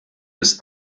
ist